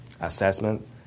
assessment